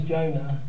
Jonah